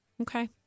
Okay